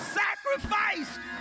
sacrificed